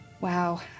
Wow